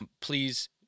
please